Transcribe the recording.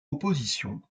opposition